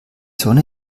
sonne